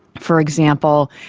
for example,